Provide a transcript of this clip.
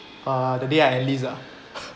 uh the day I enlist ah